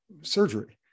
surgery